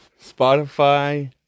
Spotify